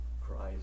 Christ